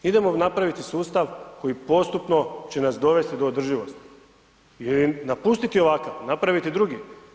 Idemo napraviti sustav koji postupno će nas dovesti do održivosti i napustiti ovakav, napraviti drugi.